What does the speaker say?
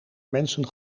mensen